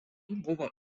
buvo